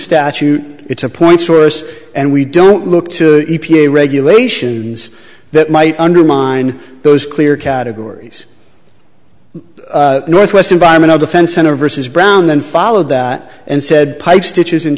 statute it's a point source and we don't look to e p a regulations that might undermine those clear categories northwest environmental defense center versus brown then followed that and said pike stitches and